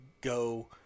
go